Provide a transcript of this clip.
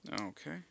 Okay